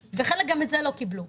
וחלק גם את זה לא קיבלו.